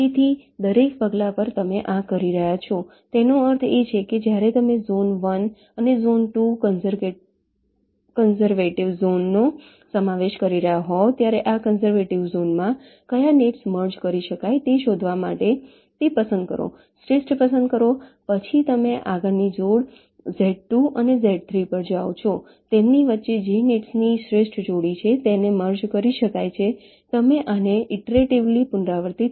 તેથી દરેક પગલા પર તમે આ કરી રહ્યા છો તેનો અર્થ એ છે કે જ્યારે તમે ઝોન 1 અને ઝોન 2 કન્ઝર્વેટિવ ઝોનનો સામનો કરી રહ્યાં હોવ ત્યારે આ કન્ઝર્વેટિવ ઝોનમાં કયા નેટ્સ મર્જ કરી શકાય તે શોધવા માટે તે પસંદ કરો શ્રેષ્ઠ પસંદ કરો પછી તમે આગળની જોડ Z 2 અને Z 3 પર જાઓ તેમની વચ્ચે જે નેટ્સની શ્રેષ્ઠ જોડી છે જેને મર્જ કરી શકાય છે તમે આને ઈટરેટિવલી પુનરાવર્તિત કરો